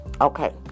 okay